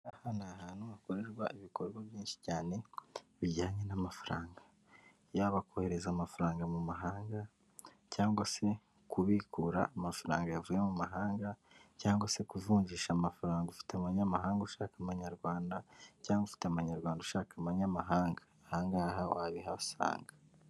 Aha ni ahantu hakorerwa ibikorwa byinshi cyane bijyanye n'amafaranga, yaba kohereza amafaranga mu mahanga cyangwa se kubikura amafaranga yavuye mu mahanga cyangwa se kuvunjisha amafaranga ufite mu manyamahanga ushaka amanyarwanda cyangwa ufite amanyarwanda ushaka abanyamahanga, aha ngaha wabihasanga.